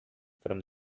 from